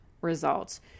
results